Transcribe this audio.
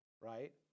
right